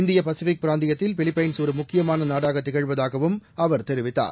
இந்தியபசிபிக் பிராந்தியத்தில் பிலிப்பைன்ஸ் ஒருமுக்கியமானநாடாகதிகழவதாகவும் அவர் தெரிவித்தார்